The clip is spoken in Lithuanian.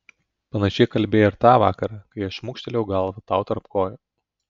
panašiai kalbėjai ir tą vakarą kai aš šmukštelėjau galvą tau tarp kojų